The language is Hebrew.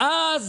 אנחנו